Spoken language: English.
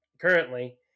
currently